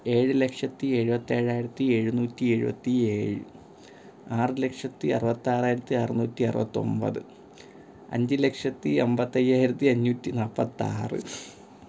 ഏഴ് ലക്ഷത്തി എഴുപത്തേഴായിരത്തി എഴുന്നൂറ്റി എഴുപത്തി ഏഴ് ആറ് ലക്ഷത്തി അറുപത്താറായിരത്തി അറുന്നൂറ്റി അറുപത്തൊമ്പത് അഞ്ച് ലക്ഷത്തി അമ്പത്തയ്യായിരത്തി അഞ്ഞൂറ്റി നാൽപ്പത്താറ്